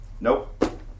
Nope